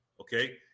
okay